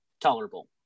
tolerable